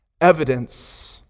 evidence